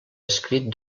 escrit